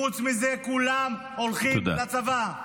חוץ מזה, כולם הולכים לצבא.